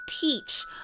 teach